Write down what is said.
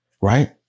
right